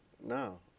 no